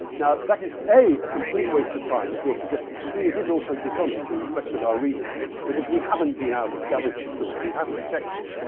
now, that is a a complete waste of time, as you're suggesting, and b it is also dishonest in respect of our readers because we haven't been out and gathered this story. we haven't checked it.